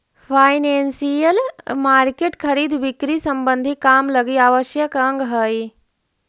financial market खरीद बिक्री संबंधी काम लगी आवश्यक अंग हई